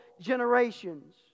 generations